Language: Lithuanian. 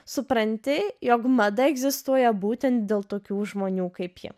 supranti jog mada egzistuoja būtent dėl tokių žmonių kaip ji